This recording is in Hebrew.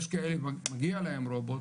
יש כאלה מגיע להם רובוט,